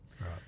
right